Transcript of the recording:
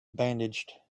bandaged